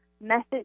message